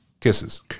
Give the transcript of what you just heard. Kisses